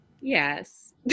Yes